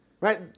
right